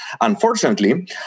Unfortunately